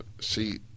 See